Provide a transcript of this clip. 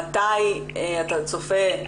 מתי אתה צופה,